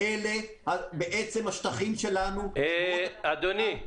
אלה השטחים שלנו -- אדוני,